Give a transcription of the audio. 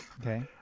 Okay